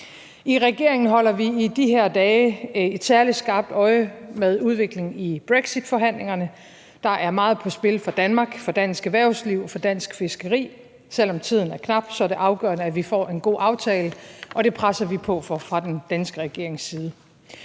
I regeringen holder vi i de her dage et særlig skarpt øje med udviklingen i brexitforhandlingerne. Der er meget på spil for Danmark, for dansk erhvervsliv og for dansk fiskeri. Selv om tiden er knap, er det afgørende, at vi får en god aftale, og det presser vi på for fra den danske regerings side.